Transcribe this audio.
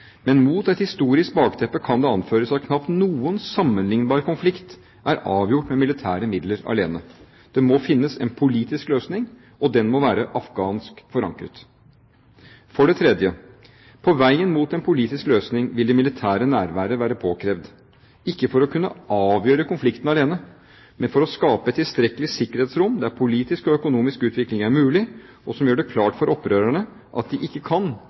men mot et historisk bakteppe kan det anføres at knapt noen sammenlignbar konflikt er avgjort med militære midler alene. Det må finnes en politisk løsning. Og den må være afghansk forankret. For det tredje: På veien mot en politisk løsning vil det militære nærværet være påkrevd – ikke for å kunne avgjøre konflikten alene, men for å skape et tilstrekkelig sikkerhetsrom der politisk og økonomisk utvikling er mulig, og som gjør det klart for opprørerne at de ikke kan